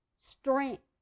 strength